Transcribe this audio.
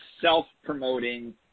self-promoting